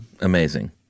Amazing